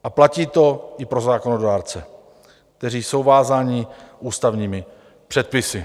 A platí to i pro zákonodárce, kteří jsou vázáni ústavními předpisy.